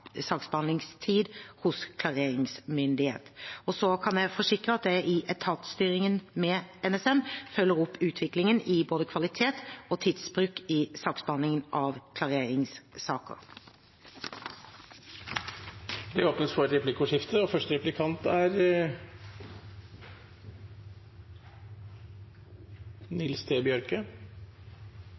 saksbehandlingstid hos klareringsmyndighet. Jeg kan forsikre at jeg i etatsstyringen med NSM følger opp utviklingen i både kvalitet og tidsbruk i saksbehandlingen av klareringssaker. Det blir replikkordskifte.